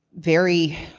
very.